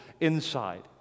inside